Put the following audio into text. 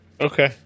Okay